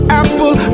apple